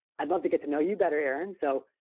i'd love to get to know you better erin so.